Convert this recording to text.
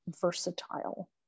versatile